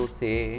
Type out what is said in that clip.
say